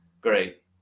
great